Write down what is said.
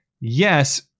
Yes